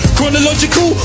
Chronological